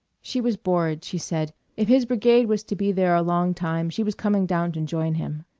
she was bored, she said if his brigade was to be there a long time she was coming down to join him.